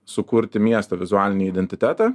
sukurti miesto vizualinį identitetą